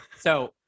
So-